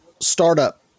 startup